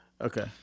Okay